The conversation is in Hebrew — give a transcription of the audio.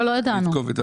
לא ידענו.